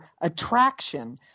attraction